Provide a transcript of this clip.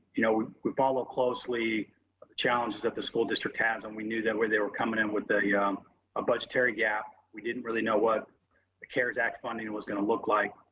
you know, we follow closely the challenges that the school district has. and we knew that where they were coming in with a yeah um ah budgetary gap, we didn't really know what the cares act funding and was gonna look like,